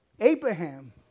Abraham